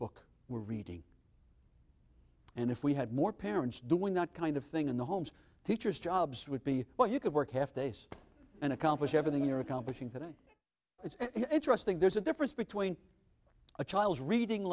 book we're reading and if we had more parents doing that kind of thing in the homes teachers jobs would be what you could work half days and accomplish everything you're accomplishing today it's interesting there's a difference between a child's reading